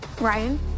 Ryan